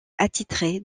attitré